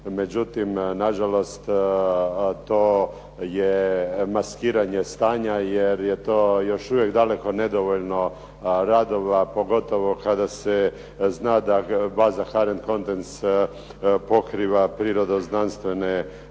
međutim na žalost to je maskiranje stanja, jer je to još uvijek daleko nedovoljno radova, pogotovo kada se zna da baza Caren Countries pokriva prirodoznanstvene